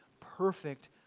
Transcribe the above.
perfect